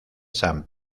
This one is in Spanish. san